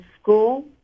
school